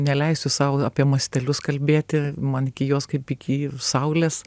neleisiu sau apie mastelius kalbėti man iki jos kaip iki saulės